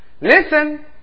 listen